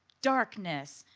darkness.